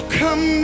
come